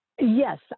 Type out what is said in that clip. Yes